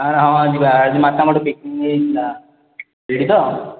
ଆରେ ହଁ ଯିବା ଆଜି ମାତାମଠ ପିକ୍ନିକ୍ ହେଇଥିଲା ସେଇଠି ତ